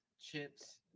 chips